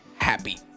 happy